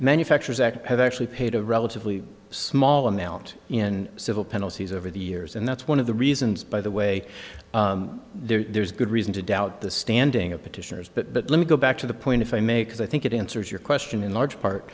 manufactures have actually paid a relatively small amount in civil penalties over the years and that's one of the reasons by the way there's good reason to doubt the standing of petitioners but let me go back to the point if i may cause i think it answers your question in large